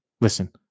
Listen